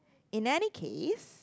in any case